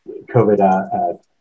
COVID